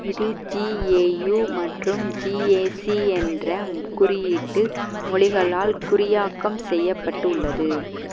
இது ஜிஏயு மற்றும் ஜிஏசி என்ற குறியீட்டு மொழிகளால் குறியாக்கம் செய்யப்பட்டுள்ளது